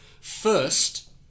first